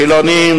חילונים,